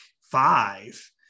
five